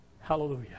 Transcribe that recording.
Hallelujah